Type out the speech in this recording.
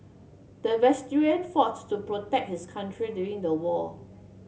the veteran foughts to protect his country during the war